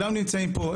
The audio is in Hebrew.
כלם נמצאים פה.